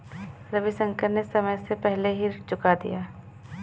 रविशंकर ने समय से पहले ही ऋण चुका दिया